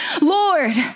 Lord